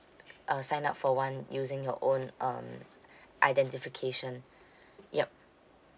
uh sign up for one using your own um identification yup